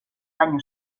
daño